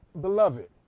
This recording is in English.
Beloved